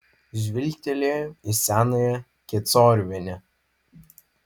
žvilgtelėjo į senąją kecoriuvienę